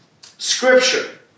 Scripture